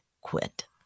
quit